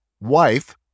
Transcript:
wife